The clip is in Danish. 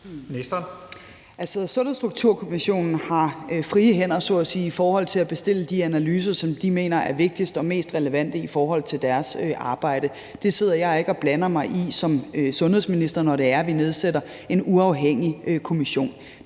Sundhedsstrukturkommissionen har frie hænder så at sige til at bestille de analyser, som de mener er vigtigst og mest relevante i forhold til deres arbejde. Det sidder jeg ikke og blander mig i som sundhedsminister, når vi nedsætter en uafhængig kommission.